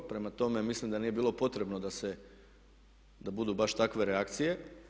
Prema tome, mislim da nije bilo potrebno da budu baš takve reakcije.